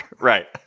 Right